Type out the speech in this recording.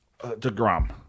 DeGrom